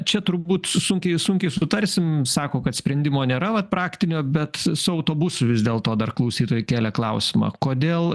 čia turbūt sunkiai sunkiai sutarsim sako kad sprendimo nėra vat praktinio bet su autobusu vis dėlto dar klausytojai kelia klausimą kodėl